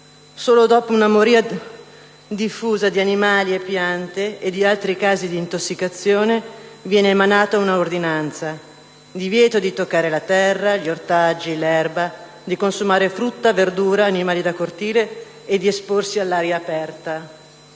Solo dopo una moria diffusa di animali e piante ed altri casi di intossicazione, viene emanata un'ordinanza: divieto di toccare la terra, gli ortaggi, l'erba, di consumare frutta, verdura, animali da cortile e di esporsi all'aria aperta;